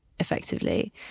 effectively